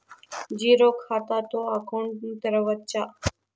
Zero ఖాతా తో account ను తెరవచ్చా?